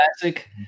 classic